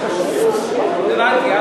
הבנתי.